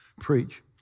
preach